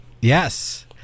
Yes